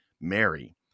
Mary